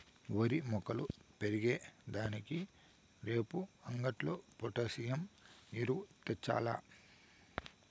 ఓరి మొక్కలు పెరిగే దానికి రేపు అంగట్లో పొటాసియం ఎరువు తెచ్చాల్ల